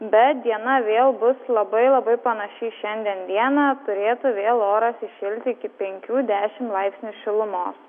bet diena vėl bus labai labai panaši į šiandien dieną turėtų vėl oras įšilti iki penkių dešimt laipsnių šilumos